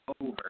over